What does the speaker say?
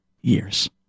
years